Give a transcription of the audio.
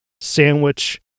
sandwich